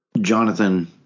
Jonathan